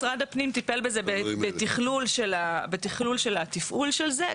משרד הפנים טיפל בזה בתכלול של התפעול של זה,